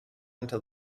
until